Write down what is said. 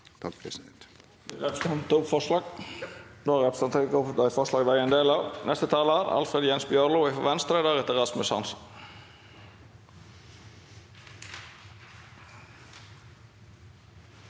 Takk for den-